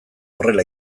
horrela